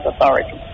authorities